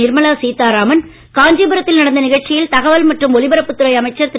Nirmala Sitharaman காஞ்சிபுரத்தில்நடந்தநிகழ்ச்சியில்தகவல்மற்றும்ஒலிபரப்புத்துறைஅமைச்ச ர்திரு